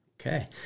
Okay